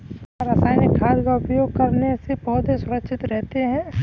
क्या रसायनिक खाद का उपयोग करने से पौधे सुरक्षित रहते हैं?